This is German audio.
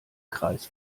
kreis